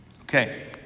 Okay